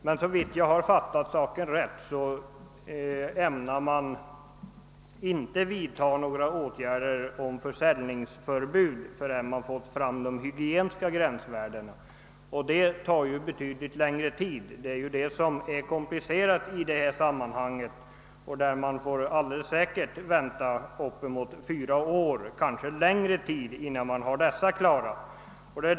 Om jag har fattat saken rätt, ämnar man inte vidta några åtgärder om försäljningsförbud förrän man fått fram de hygieniska gränsvärdena, vilket tar betydligt längre tid. Det är detta som är komplicerat i sammanhanget. Man kanske får vänta inemot fyra år, kanske längre, innan man får fram dem.